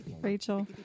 Rachel